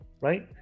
right